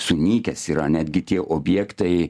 sunykęs yra netgi tie objektai